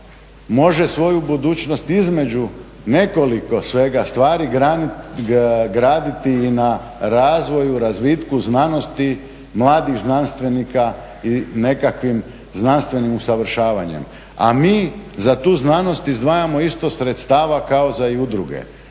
može svoju budućnost između nekoliko svega stvari graditi i na razvoju, razvitku znanosti, mladih znanstvenika i nekakvim znanstvenim usavršavanjem a mi za tu znanost izdvajamo isto sredstava kao i za udruge.